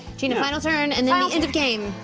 gina, final turn, and then the end of game.